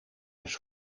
eens